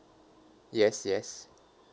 yes yes